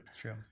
true